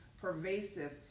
pervasive